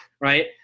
right